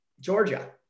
Georgia